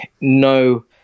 no